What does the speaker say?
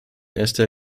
erster